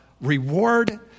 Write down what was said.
reward